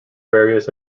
various